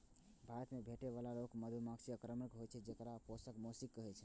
भारत मे भेटै बला रॉक मधुमाछी आक्रामक होइ छै, जेकरा पोसब मोश्किल छै